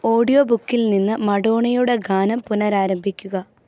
audio ബുക്കിൽ നിന്ന് മഡോണയുടെ ഗാനം പുനരാരംഭിക്കുക